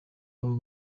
abo